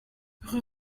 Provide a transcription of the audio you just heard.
rue